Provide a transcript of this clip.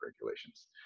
regulations